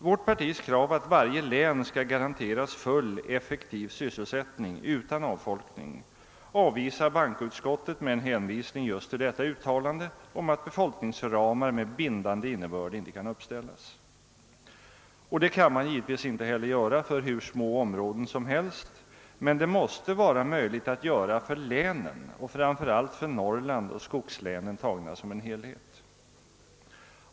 Vårt partis krav att varje län skall garanteras full och effektiv sysselsättning utan avfolkning avvisar bankoutskottet med en hänvisning just till uttalandet om att befolkningsramar med bindande innebörd inte kan uppställas. Och det kan man givetvis inte heller göra för hur små områden som helst, men det måste vara möjligt att göra för länen och framför allt för Norrland och skogslänen tagna som en helhet.